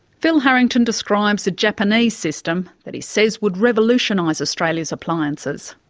phil harrington describes a japanese system that he says would revolutionise australia's appliances.